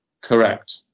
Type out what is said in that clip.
Correct